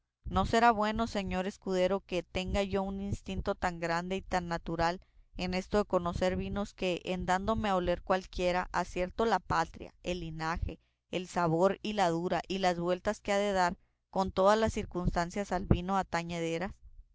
no será bueno señor escudero que tenga yo un instinto tan grande y tan natural en esto de conocer vinos que en dándome a oler cualquiera acierto la patria el linaje el sabor y la dura y las vueltas que ha de dar con todas las circunstancias al vino atañederas pero